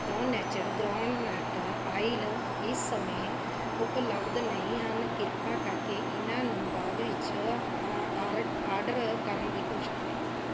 pro Nature groundnut oil ਇਸ ਸਮੇਂ ਉਪਲਬਧ ਨਹੀਂ ਹਨ ਕ੍ਰਿਪਾ ਕਰਕੇ ਇਹਨਾਂ ਨੂੰ ਬਾਅਦ ਵਿੱਚ ਆ ਆਰ ਆਰਡਰ ਕਰਨ ਦੀ ਕੋਸ਼ਿਸ਼ ਕਰੋ